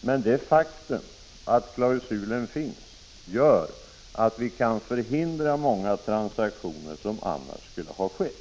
men det faktum att generalklausulen finns gör att vi kan förhindra många transaktioner som annars skulle ha skett.